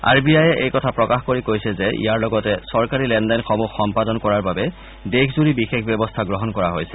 R B আয়ে এই কথা প্ৰকাশ কৰি কৈছে যে ইয়াৰ লগতে চৰকাৰী লেন দেনসমূহ সম্পাদন কৰাৰ বাবে দেশজুৰি বিশেষ ব্যৱস্থা গ্ৰহণ কৰা হৈছে